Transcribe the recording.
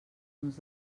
uns